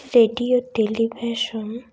radio television